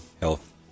health